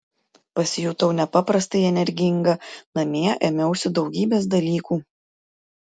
pasijutau nepaprastai energinga namie ėmiausi daugybės dalykų